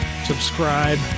subscribe